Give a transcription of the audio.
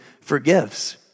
forgives